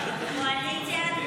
נתקבלה.